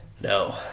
No